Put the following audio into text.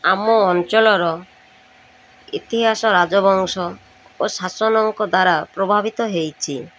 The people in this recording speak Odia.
ଆମ ଅଞ୍ଚଳର ଇତିହାସ ରାଜବଂଶ ଓ ଶାସନଙ୍କ ଦ୍ୱାରା ପ୍ରଭାବିତ ହେଇଛି